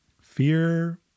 Fear